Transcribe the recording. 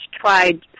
tried